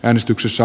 äänestyksessä